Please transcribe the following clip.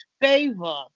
favor